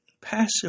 passive